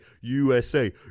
USA